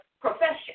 profession